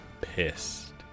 pissed